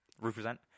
Represent